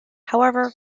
however